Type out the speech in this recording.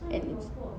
and it's